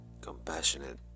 compassionate